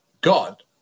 God